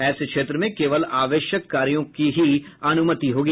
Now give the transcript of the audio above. ऐसे क्षेत्र में केवल आवश्यक कार्यों की ही अनुमति होगी